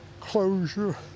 closure